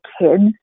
kids